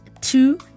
two